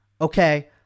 okay